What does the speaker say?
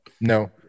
No